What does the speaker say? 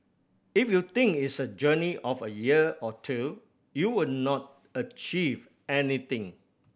if you think it's a journey of a year or two you will not achieve anything